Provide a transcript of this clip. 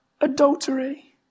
adultery